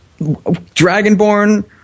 Dragonborn